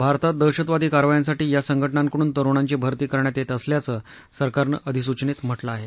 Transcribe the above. भारतात दहशतवादी कारवायासाठी या संघटनांकडून तरुणांची भरती करण्यात येत असल्याच सरकारनं अधिसूचनेत म्हटलं आहे